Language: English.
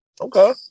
Okay